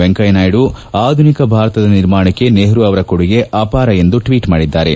ವೆಂಕಯ್ಯನಾಯ್ಲು ಆಧುನಿಕ ಭಾರತದ ನಿರ್ಮಾಣಕ್ಕೆ ನೆಹರು ಅವರ ಕೊಡುಗೆ ಅಪಾರ ಎಂದು ಟ್ಲೀಟ್ ಮಾಡಿದ್ಗಾರೆ